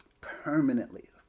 permanently